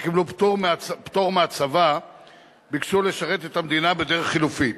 שקיבלו פטור מהצבא ביקשו לשרת את המדינה בדרך חלופית.